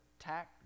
attack